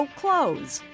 clothes